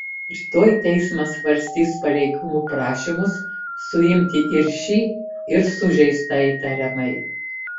rytoj teismas svarstys pareigūnų prašymus suimti ir šį ir sužeistą įtariamąjį